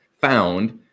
found